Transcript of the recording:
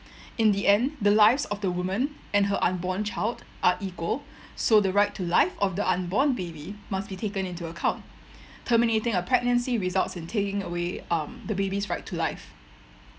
in the end the lives of the woman and her unborn child are equal so the right to life of the unborn baby must be taken into account terminating a pregnancy results in taking away um the baby's right to life